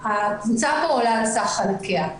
הקבוצה פה עולה על סך חלקיה.